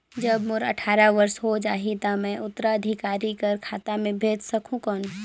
जब मोर अट्ठारह वर्ष हो जाहि ता मैं उत्तराधिकारी कर खाता मे भेज सकहुं कौन?